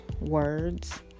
words